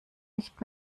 nicht